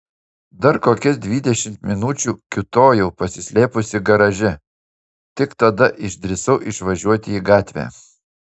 dar kokias dvidešimt minučių kiūtojau pasislėpusi garaže tik tada išdrįsau išvažiuoti į gatvę